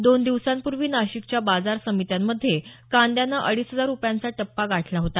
दोन दिवसांपूर्वी नाशिकच्या बाजार समित्यांमध्ये कांद्यानं अडीच हजार रुपयांचा टप्पा गाठला होता